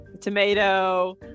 tomato